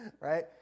right